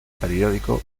periódico